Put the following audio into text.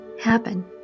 Happen